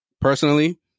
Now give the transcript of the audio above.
personally